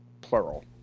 plural